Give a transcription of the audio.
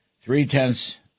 three-tenths